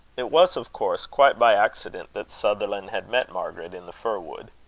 it was, of course, quite by accident that sutherland had met margaret in the fir-wood.